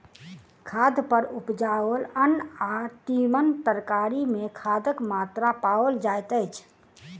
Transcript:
खाद पर उपजाओल अन्न वा तीमन तरकारी मे खादक मात्रा पाओल जाइत अछि